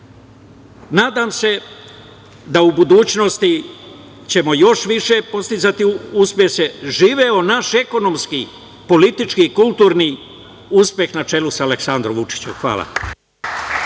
se da u budućnosti ćemo još veće postizati uspehe. Živeo naš ekonomski, politički i kulturni uspeh na čelu sa Aleksandrom Vučićem. Hvala.